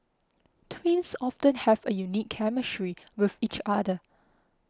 twins often have a unique chemistry with each other